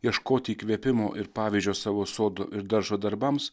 ieškoti įkvėpimo ir pavyzdžio savo sodo ir daržo darbams